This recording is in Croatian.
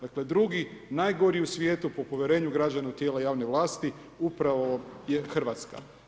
Dakle drugi najgori u svijetu po povjerenju građana u tijela javne vlasti upravo je Hrvatska.